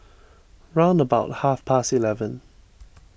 round about half past eleven